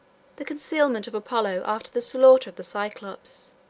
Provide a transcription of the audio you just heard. the concealment of apollo after the slaughter of the cyclops,